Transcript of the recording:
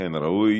אכן ראוי.